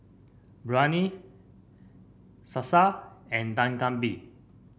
Biryani Salsa and Dak Galbi